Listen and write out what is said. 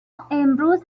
امروز